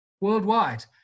worldwide